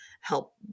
help